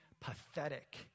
pathetic